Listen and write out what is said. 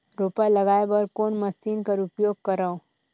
रोपा लगाय बर कोन मशीन कर उपयोग करव?